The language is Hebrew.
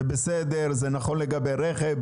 ובסדר זה נכון לגבי רכב,